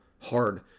hard